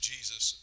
Jesus